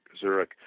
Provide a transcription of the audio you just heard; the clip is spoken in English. Zurich